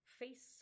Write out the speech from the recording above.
face